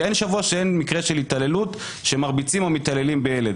אין שבוע שאין בו מקרה של התעללות שמרביצים או מתעללים בילד